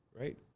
right